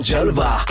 Jalva